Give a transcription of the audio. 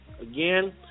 Again